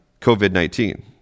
COVID-19